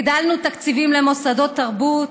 הגדלנו תקציבים למוסדות תרבות,